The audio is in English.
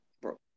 Bro